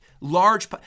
large